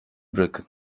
bırakın